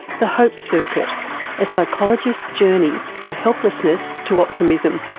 the hope circuit a psychologist's journey from helplessness to optimism.